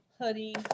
Hoodie